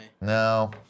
No